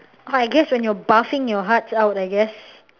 I guess when you're barfing your hearts out I guess